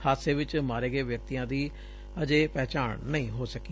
ਹਾਦਸੇ ਚ ਮਾਰੇ ਗਏ ਵਿਅਕਤੀਆਂ ਦੀ ਹਜੇ ਪਛਾਣ ਨਹੀ ਹੋ ਸਕੀ